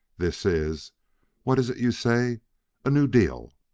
this is what is it you say a new deal.